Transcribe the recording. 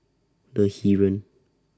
The Heeren